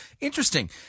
interesting